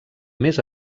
més